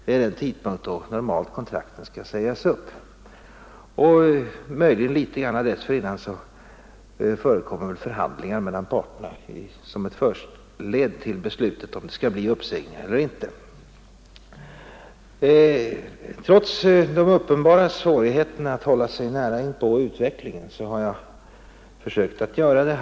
Det är den tidpunkt då kontrakten normalt skall sägas upp, och möjligen litet dessförinnan förekommer väl förhandlingar mellan parterna, som ett förled till beslutet om det skall bli uppsägningar eller inte. Trots de uppenbara svårigheterna att hålla sig nära inpå utvecklingen har jag försökt att göra detta.